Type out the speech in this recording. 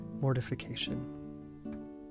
mortification